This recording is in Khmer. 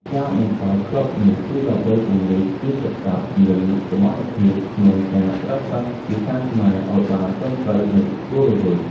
ការបង្កើតក្លឹបនេះគឺដើម្បីពង្រីកវាក្យសព្ទ និងសមត្ថភាពក្នុងការប្រើប្រាស់ភាសាខ្មែរឱ្យបានត្រឹមត្រូវ និងរស់រវើក។